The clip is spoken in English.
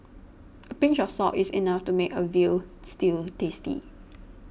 a pinch of salt is enough to make a Veal Stew tasty